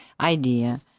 idea